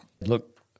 Look